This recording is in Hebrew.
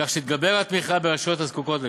כך שתגבר התמיכה ברשויות הזקוקות לכך.